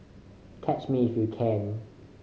catch me if you can